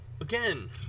Again